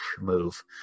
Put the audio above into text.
move